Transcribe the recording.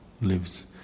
lives